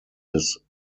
des